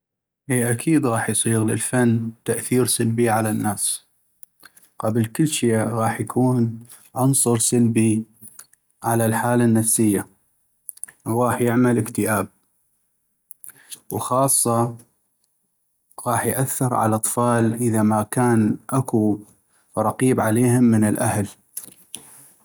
اي اكيد غاح يصيغ للفن تأثير سلبي على الناس ،قبل كلشي غاح يكون عنصر سلبي على الحالة النفسية وغاح يعمل اكتئاب، وخاصةً غاح يأثر على الأطفال اذا ماكان اكو رقيب عليهم من الاهل.